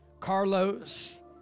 Carlos